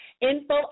info